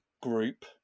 group